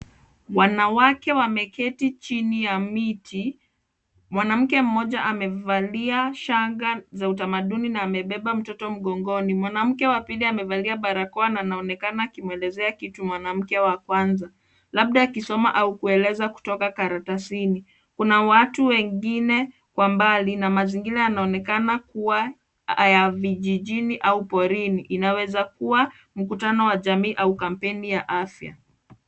Wanawake wameketi chini ya mti. Mwanamke mmoja amevalia shanga za kitamaduni na amebeba mtoto mgogoni. Mwanamke wa pili amevalia barakoa na anaonekana akimuelezea kitu mwanamke wa kwanza labda akisoma au kueleza kutoka karatasini. Kuna watu wengine kwa mbali na mazingira yanaonekana kuwa ya vijijini au porini. Inaweza kuwa mkutano wa jamii au kampeni ya afya.